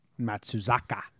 Matsuzaka